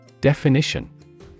Definition